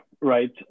Right